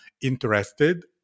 interested